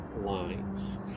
lines